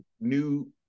new